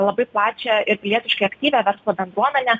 labai plačią ir pilietiškai aktyvią verslo bendruomenę